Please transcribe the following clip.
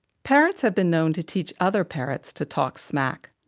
parrots have been known to teach other parrots to talk smack.